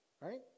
Right